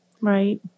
Right